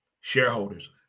shareholders